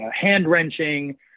hand-wrenching